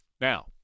Now